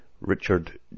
Richard